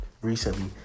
recently